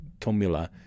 Tomila